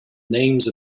names